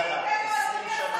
אדוני השר,